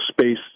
space